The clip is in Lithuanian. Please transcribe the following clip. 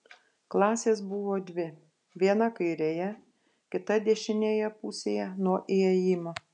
klasės buvo dvi viena kairėje kita dešinėje pusėje nuo įėjimo